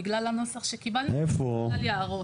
בגלל הנוסח שקיבלנו שלא כלל יערות.